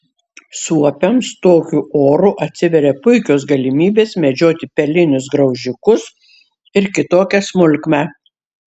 suopiams tokiu oru atsiveria puikios galimybės medžioti pelinius graužikus ir kitokią smulkmę